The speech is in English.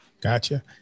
Gotcha